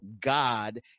God